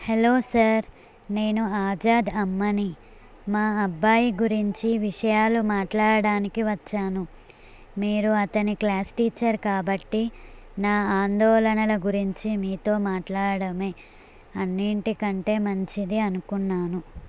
hello sir నేను ఆజాద్ అమ్మని మా అబ్బాయి గురించి విషయాలు మాట్లాడడానికి వచ్చాను మీరు అతని క్లాస్ టీచర్ కాబట్టి నా ఆందోళనల గురించి మీతో మాట్లాడమే అన్నింటికంటే మంచిది అనుకున్నాను